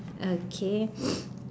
okay